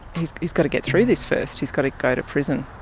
he's he's got to get through this first, he's got to go to prison.